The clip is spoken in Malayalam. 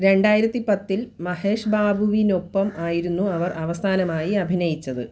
രണ്ടായിരത്തി പത്തിൽ മഹേഷ് ബാബുവിനൊപ്പം ആയിരുന്നു അവർ അവസാനമായി അഭിനയിച്ചത്